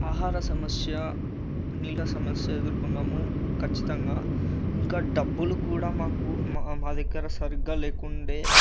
ఆహార సమస్య నీళ్ళ సమస్య ఎదుర్కొన్నాము ఖచ్చితంగా ఇంకా డబ్బులు కూడా మాకు మా దగ్గర సరిగ్గా లేకుండేది